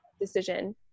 decision